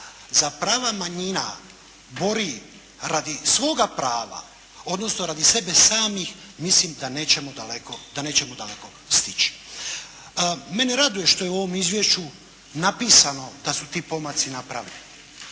za prava manjina bori radi svoga prava, odnosno radi sebe samih, mislim da nećemo daleko, da nećemo daleko stići. Mene raduje što je u ovom izvješću napisano da su ti pomaci napravljeni.